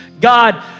God